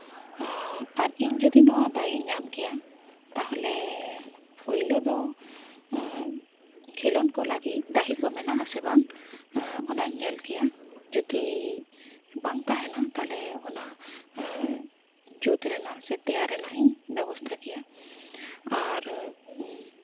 ᱟᱨ ᱤᱧ ᱡᱩᱫᱤ ᱱᱚᱣᱟ ᱫᱟᱣ ᱤᱧ ᱧᱟᱢ ᱠᱮᱭᱟ ᱛᱟᱦᱚᱞᱮ ᱯᱚᱭᱞᱚ ᱫᱚ ᱠᱷᱮᱞᱳᱰ ᱠᱚ ᱞᱟᱹᱜᱤᱫ ᱰᱟᱹᱦᱤ ᱠᱚ ᱢᱮᱱᱟᱜ ᱟᱥᱮ ᱵᱟᱝ ᱚᱱᱟᱧ ᱧᱮᱞ ᱠᱮᱭᱟ ᱡᱩᱫᱤ ᱵᱟᱝ ᱛᱟᱦᱮᱱᱟ ᱛᱟᱦᱚᱞᱮ ᱚᱱᱟ ᱡᱩᱛ ᱨᱮᱱᱟᱜ ᱥᱮ ᱛᱟᱭᱟᱨ ᱨᱮᱱᱟᱜ ᱤᱧ ᱵᱮᱵᱚᱥᱛᱷᱟ ᱠᱮᱭᱟ ᱟᱨ